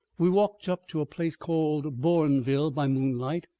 we walked up to a place called bourneville by moonlight,